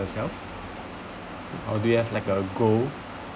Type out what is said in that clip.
yourself or do you have like a goal